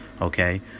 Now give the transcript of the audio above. Okay